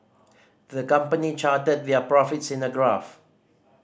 the company charted their profits in a graph